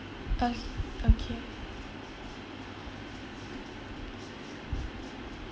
oh okay